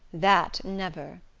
that never!